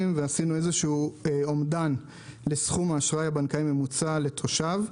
ועשינו איזשהו אומדן לסכום האשראי הבנקאי הממוצע לתושב.